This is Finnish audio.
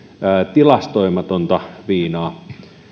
tilastoimatonta viinaa